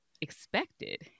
expected